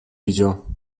widział